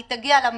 היא תגיע למליאה.